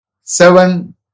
seven